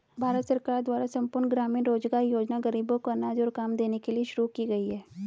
भारत सरकार द्वारा संपूर्ण ग्रामीण रोजगार योजना ग़रीबों को अनाज और काम देने के लिए शुरू की गई है